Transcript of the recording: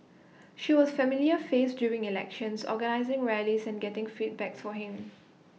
she was familiar face during elections organising rallies and getting feedback for him